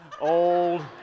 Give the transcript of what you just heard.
old